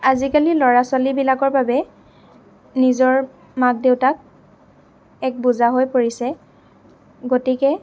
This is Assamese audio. আজিকালি ল'ৰা ছোৱালীবিলাকৰ বাবে নিজৰ মাক দেউতাক এক বোজা হৈ পৰিছে গতিকে